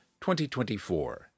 2024